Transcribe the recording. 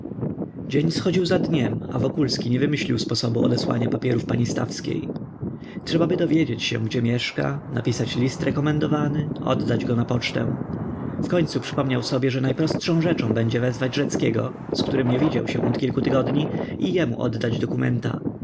dzień schodził za dniem a wokulski nie wymyślił sposobu odesłania papierów pani stawskiej trzebaby dowiedzieć się gdzie mieszka napisać list rekomendowany oddać go na pocztę wkońcu przypomniał sobie że najprostszą rzeczą będzie wezwać rzeckiego z którym nie widział się od kilku tygodni i jemu oddać dokumenta